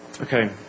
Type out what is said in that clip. Okay